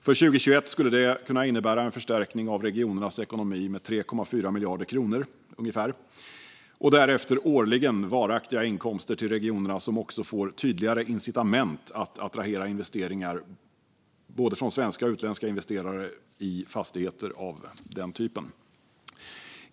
För 2021 skulle det kunna innebära en förstärkning av regionernas ekonomi med ungefär 3,4 miljarder kronor och därefter varaktiga årliga inkomster till regionerna, som också skulle få tydligare incitament att attrahera investeringar från både svenska och utländska investerare i fastigheter av den här typen.